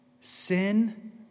sin